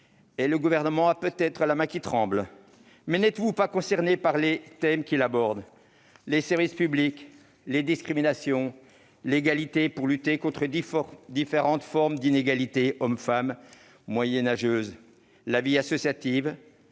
le Gouvernement a peut-être la main qui tremble ; mais n'êtes-vous pas concernés par les thèmes qu'il aborde : les services publics, les discriminations, l'égalité pour lutter contre différentes formes d'une inégalité homme-femme moyenâgeuse, la vie associative,